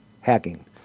hacking